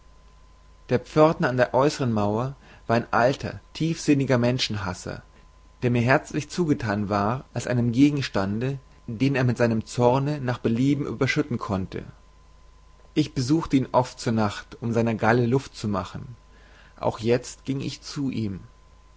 der pförtner an der äussern mauer war ein alter tiefsinniger menschenhasser der mir herzlich zugethan war als einem gegenstande den er mit seinem zorne nach belieben überschütten konnte ich besuchte ihn oft zur nacht um seiner galle luft zu machen auch jezt ging ich zu ihm